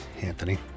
anthony